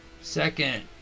Second